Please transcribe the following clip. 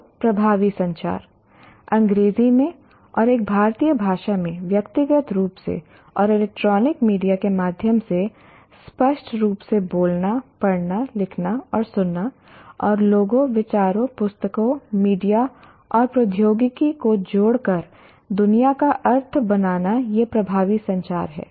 तो प्रभावी संचार अंग्रेजी में और एक भारतीय भाषा में व्यक्तिगत रूप से और इलेक्ट्रॉनिक मीडिया के माध्यम से स्पष्ट रूप से बोलना पढ़ना लिखना और सुनना और लोगों विचारों पुस्तकों मीडिया और प्रौद्योगिकी को जोड़कर दुनिया का अर्थ बनाना यह प्रभावी संचार है